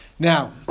Now